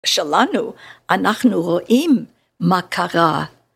שלנו, אנחנו רואים מה קרה.